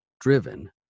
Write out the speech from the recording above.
driven